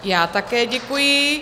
Já také děkuji.